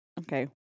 okay